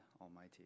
Almighty